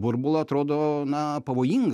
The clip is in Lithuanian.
burbulo atrodo na pavojinga